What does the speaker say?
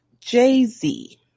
Jay-Z